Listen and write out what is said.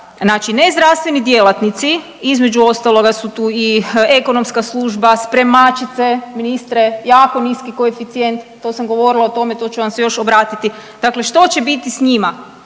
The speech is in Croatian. znači nezdravstveni djelatnici između ostaloga su tu i ekonomska služba, spremačice ministre jako niski koeficijenti to sam govorila o tome, to ću vam se još obratiti, dakle što će biti s njima.